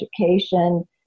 education